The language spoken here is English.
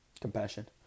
compassion